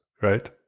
right